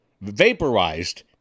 vaporized